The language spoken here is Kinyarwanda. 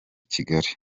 kigali